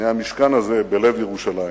מהמשכן הזה בלב ירושלים.